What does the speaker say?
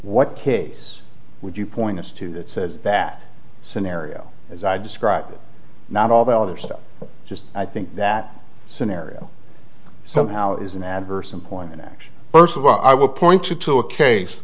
what case would you point us to that says that scenario as i described it not all the others just i think that scenario somehow is an adverse employment action first of all i would point you to a case